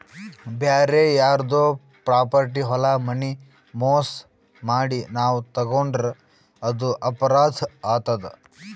ಬ್ಯಾರೆ ಯಾರ್ದೋ ಪ್ರಾಪರ್ಟಿ ಹೊಲ ಮನಿ ಮೋಸ್ ಮಾಡಿ ನಾವ್ ತಗೋಂಡ್ರ್ ಅದು ಅಪರಾಧ್ ಆತದ್